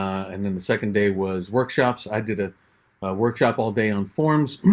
and then the second day was workshops. i did a workshop all day on forms.